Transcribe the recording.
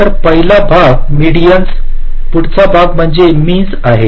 तर पहिला भाग मेडीन्स पुढचा भाग म्हणजे मिनस आहे